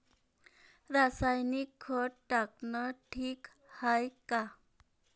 रासायनिक खत टाकनं ठीक हाये का?